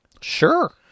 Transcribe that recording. Sure